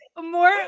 more